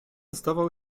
zdawał